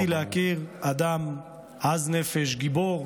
זכיתי להכיר אדם עז נפש, גיבור,